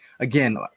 Again